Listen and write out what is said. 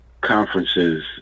conferences